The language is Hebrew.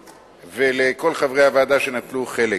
ולכל חברי הוועדה שנטלו חלק.